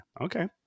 Okay